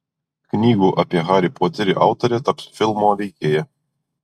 knygų apie harį poterį autorė taps filmo veikėja